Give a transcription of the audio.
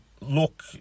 look